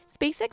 SpaceX